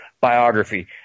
biography